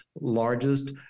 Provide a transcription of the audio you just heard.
largest